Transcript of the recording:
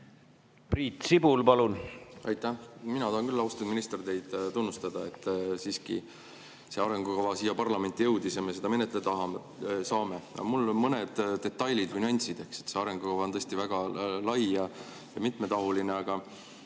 Priit Sibul, palun! Aitäh! Mina tahan küll, austatud minister, teid tunnustada, et siiski see arengukava siia parlamenti jõudis ja me seda menetleda saame. Aga mul on mõned detailid või nüansid. See arengukava on tõesti väga lai ja mitmetahuline,